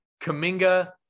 Kaminga